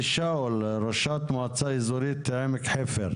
ראשית מועצה אזורית עמק חופר,